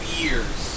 years